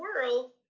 world